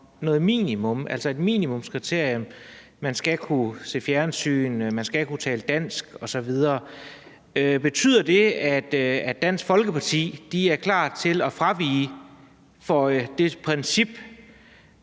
noget minimum, altså et minimumskriterium: Man skal kunne se fjernsyn, man skal kunne tale dansk, osv. Betyder det, at Dansk Folkeparti er klar til at fravige det princip,